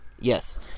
Yes